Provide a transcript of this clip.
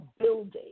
building